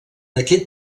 aquest